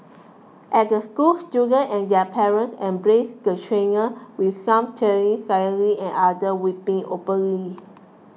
at the school students and their parents embraced the trainer with some tearing silently and other weeping openly